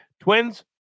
Twins